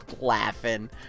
laughing